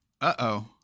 Uh-oh